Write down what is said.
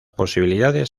posibilidades